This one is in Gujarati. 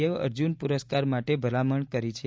એ અર્જૂન પુરસ્કાર માટે ભલામણ કરી છે